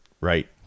right